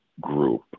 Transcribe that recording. group